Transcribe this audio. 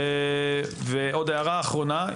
עוד הערה אחרונה.